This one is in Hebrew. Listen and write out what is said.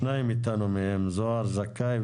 ומה שמחוץ לגדר של הגן הלאומי,